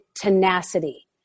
tenacity